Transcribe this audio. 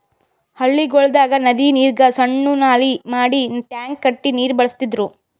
ಹಳ್ಳಿಗೊಳ್ದಾಗ್ ನದಿ ನೀರಿಗ್ ಸಣ್ಣು ನಾಲಿ ಮಾಡಿ ಟ್ಯಾಂಕ್ ಕಟ್ಟಿ ನೀರ್ ಬಳಸ್ತಿದ್ರು